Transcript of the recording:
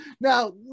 Now